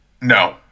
No